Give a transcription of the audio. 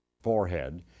forehead